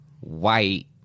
white